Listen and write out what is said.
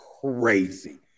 crazy